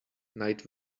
night